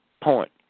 point